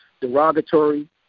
derogatory